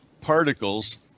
particles